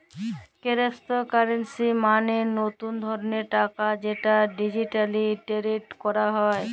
কেরেপ্তকারেলসি মালে লতুল ধরলের টাকা যেট ডিজিটালি টেরেড ক্যরা হ্যয়